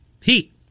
Heat